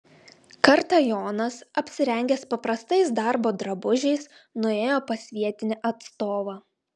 kartą jonas apsirengęs paprastais darbo drabužiais nuėjo pas vietinį atstovą